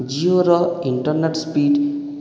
ଜିଓର internet speed